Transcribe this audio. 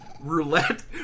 Roulette